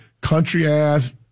country-ass